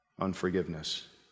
unforgiveness